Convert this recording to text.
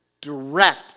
direct